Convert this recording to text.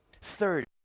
third